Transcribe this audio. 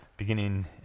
beginning